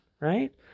right